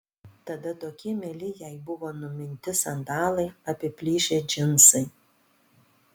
tada tokie mieli jai buvo numinti sandalai apiplyšę džinsai